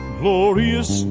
glorious